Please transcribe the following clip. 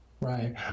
Right